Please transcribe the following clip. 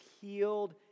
healed